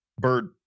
Bird